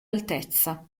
altezza